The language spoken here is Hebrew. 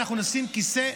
אנחנו נשים כיסא,